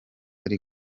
ari